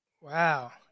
Wow